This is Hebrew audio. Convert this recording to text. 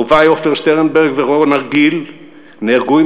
אהובי עופר שטרנברג ורון הרגיל נהרגו עם